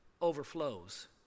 overflows